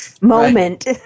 moment